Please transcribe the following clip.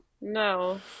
no